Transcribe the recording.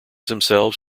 themselves